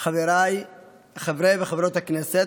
חבריי חברי וחברות הכנסת,